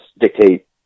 dictate